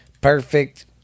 perfect